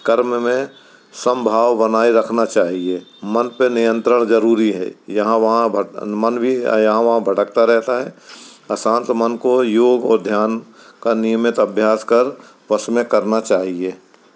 कर्म में समभाव बनाए रखना चाहिए मन पर नियंत्रण ज़रूरी है यहाँ वहाँ भ मन भी यहाँ वहाँ भटकता रहता है अशांत मन को योग और ध्यान का नियमित अभ्यास कर वश में करना चाहिए